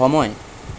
সময়